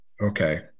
Okay